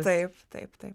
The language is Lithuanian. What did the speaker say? taip taip taip